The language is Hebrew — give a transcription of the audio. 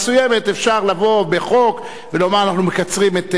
אפשר לבוא בחוק ולומר: אנחנו מקצרים את תקופת כהונתו?